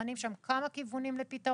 נבחנים שם כמה כיוונים לפתרון